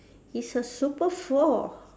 it's a super four